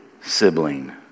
sibling